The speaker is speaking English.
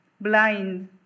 blind